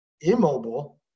immobile –